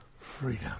freedom